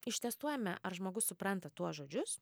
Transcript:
ištestuojame ar žmogus supranta tuos žodžius